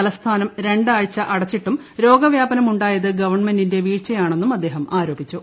തലസ്ഥാനം രീണ്ട് ആഴ്ച അടച്ചിട്ടും രോഗവ്യാപനം ഉണ്ടായത് ഗവ്ൺമെന്റിന്റെ വീഴ്ചയാണെന്നും അദ്ദേഹം ആരോപിച്ചു